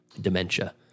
dementia